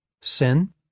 Sin